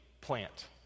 plant